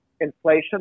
inflation